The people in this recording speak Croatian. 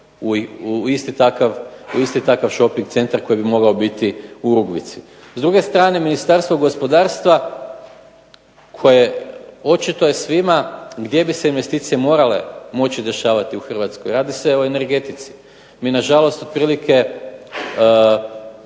u isti takav šoping centar koji bi mogao biti u Rugvici. S druge strane, Ministarstvo gospodarstva koje očito je svima gdje bi se investicije morale dešavati u Hrvatskoj, radi se o energetici, mi na žalost otprilike